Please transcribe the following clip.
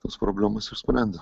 tas problemas išsprendė